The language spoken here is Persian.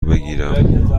بگیرم